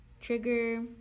trigger